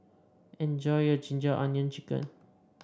enjoy your ginger onion chicken